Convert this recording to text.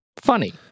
funny